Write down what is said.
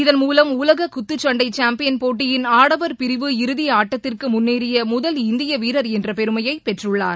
இதன் மூலம் உலக குத்துச்சண்டை சாம்பியன் போட்டியின் ஆடவர் பிரிவு இறுதி ஆட்டத்திற்கு முன்னேறிய முதல் இந்திய வீரர் என்ற பெருமையை பெற்றுள்ளார்